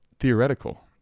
theoretical